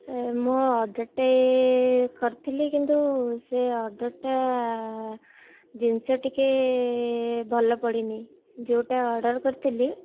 ମୁଁ ଅର୍ଡ଼ର୍ଟେ କରିଥିଲି କିନ୍ତୁ ସେ ଅର୍ଡ଼ର୍ଟା ଜିନିଷ ଟିକେ ଭଲ ପଡ଼ିନି ଯେଉଁଟା ଅର୍ଡ଼ର୍ କରିଥିଲି